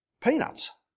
peanuts